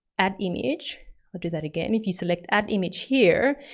add image, i'll do that again, if you select add image here,